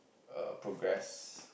err progress